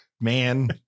man